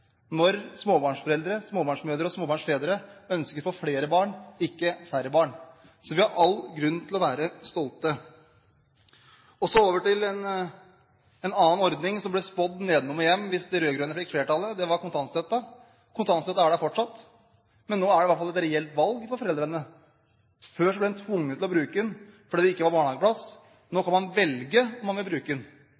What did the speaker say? når småbarnsforeldre – småbarnsmødre og småbarnsfedre – ønsker å få flere barn, ikke færre barn. Så vi har all grunn til å være stolte. Så over til en annen ordning, som ble spådd nedenom og hjem hvis de rød-grønne fikk flertallet. Det var kontantstøtten. Kontantstøtten er der fortsatt, men nå er den i hvert fall et reelt valg for foreldrene. Før ble en tvunget til å bruke den fordi det ikke var barnehageplass. Nå